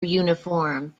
uniform